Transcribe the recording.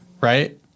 right